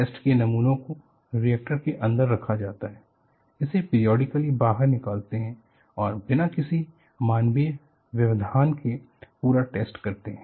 test के नमूनों को रिएक्टर के अंदर रखा जाता है उसे पिरिऑडिकली बाहर निकालते हैं और बिना किसी मानवीय व्यवधान के पूरा टेस्ट करते हैं